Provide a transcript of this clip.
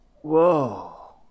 Whoa